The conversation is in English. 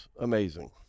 amazing